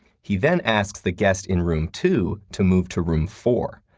he then asks the guest in room two to move to room four,